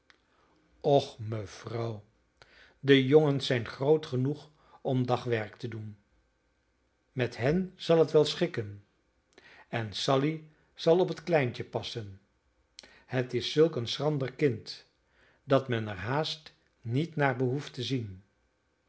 och mevrouw de jongens zijn groot genoeg om dagwerk te doen met hen zal het wel schikken en sally zal op het kleintje passen het is zulk een schrander kind dat men er haast niet naar behoeft te zien